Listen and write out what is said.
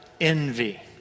envy